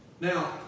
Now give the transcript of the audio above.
Now